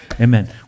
Amen